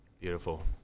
Beautiful